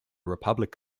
republic